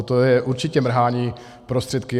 To je určitě mrhání prostředky.